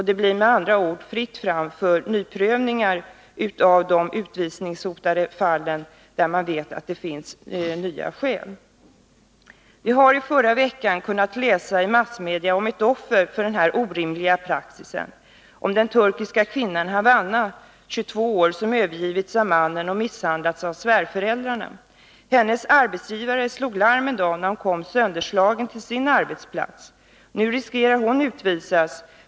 Det blir med andra ord fritt fram för nya prövningar av de utvisningshotade fallen, där man vet att det finns nya skäl. Vi kunde i förra veckan i massmedia läsa om ett offer för denna orimliga praxis. Det gällde den turkiska Havanna, 22 år, som övergivits av mannen och misshandlats av svärföräldrarna. Hennes arbetsgivare slog larm en dag när hon kom sönderslagen till sin arbetsplats. Nu riskerar hon att bli utvisad.